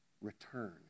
Return